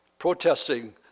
protesting